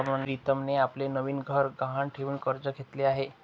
प्रीतमने आपले नवीन घर गहाण ठेवून कर्ज घेतले आहे